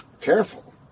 Careful